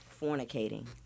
fornicating